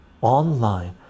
online